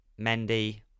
Mendy